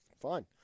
Fine